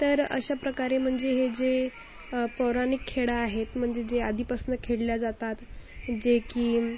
तर अशा प्रकारे म्हणजे हे जे पौराणिक खेळ आहेत म्हणजे जे आधीपासून खेळले जातात जे की